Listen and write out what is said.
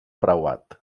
preuat